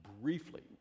briefly